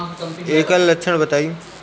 एकर लक्षण बताई?